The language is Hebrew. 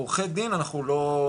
עורכי דין אנחנו לא,